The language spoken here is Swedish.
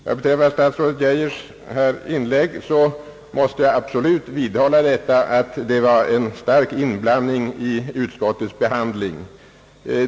Beträffande statsrådet Geijers inlägg måste jag absolut vidhålla, att regeringens handlande utgör en stark inblandning i utskottets behandling.